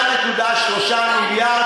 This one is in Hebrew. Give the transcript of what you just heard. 3.3 מיליארד,